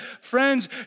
Friends